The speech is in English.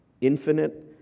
infinite